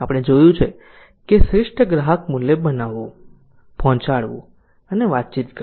આપણે જોયું છે કે શ્રેષ્ઠ ગ્રાહક મૂલ્ય બનાવવું પહોંચાડવું અને વાતચીત કરવી